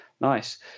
nice